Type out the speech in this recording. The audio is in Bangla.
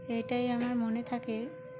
এটাই আমার মনে থাকে